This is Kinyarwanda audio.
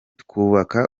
twubaka